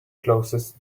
closest